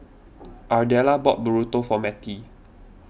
Ardella bought Burrito for Matie